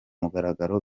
mugaragaro